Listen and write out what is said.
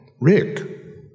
Rick